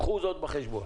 קחו זאת בחשבון.